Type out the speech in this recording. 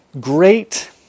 great